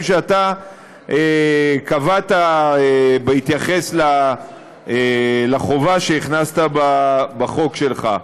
שאתה קבעת בהתייחס לחובה שהכנסת בחוק שלך.